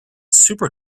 super